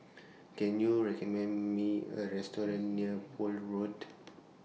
Can YOU recommend Me A Restaurant near Poole Road